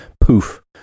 poof